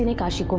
and kashi